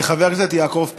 חבר הכנסת יעקב פרי,